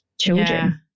children